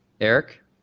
Eric